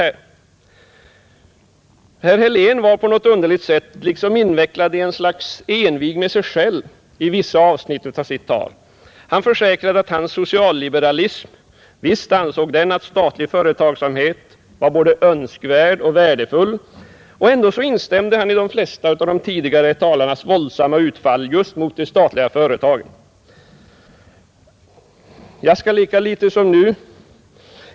Herr helén var på något underligt sätt liksom invecklad i ett slags envig med sig själv i vissa avsnitt av sitt tal. han försäkrade att enligt hans social-liberalism var statlig företagsamhet både önskvärd och värdefull. Ändå instämde han i de flesta av de tidigare talarnas våldsamma utfall just mot de statliga företagen.